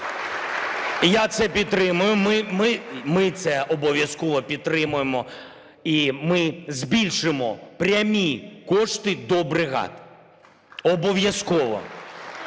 я це підтримую, ми це обов'язково підтримаємо, і ми збільшимо прямі кошти до бригад. Обов'язково.